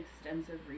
extensive